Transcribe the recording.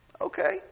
Okay